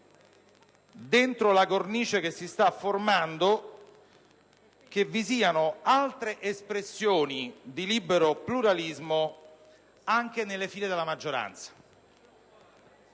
della cornice che si sta formando, che vi siano altre espressioni di libero pluralismo anche nelle file della maggioranza.